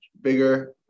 bigger